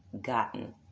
gotten